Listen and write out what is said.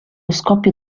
scoppio